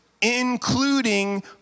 including